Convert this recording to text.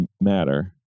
matter